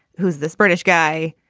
who's this british guy?